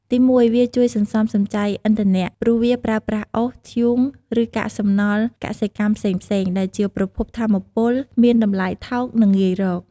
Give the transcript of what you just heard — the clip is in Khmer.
ទីមួយ វាជួយសន្សំសំចៃឥន្ធនៈ ព្រោះវាប្រើប្រាស់អុស ធ្យូង ឬកាកសំណល់កសិកម្មផ្សេងៗ ដែលជាប្រភពថាមពលមានតម្លៃថោក និងងាយរក។